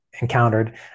encountered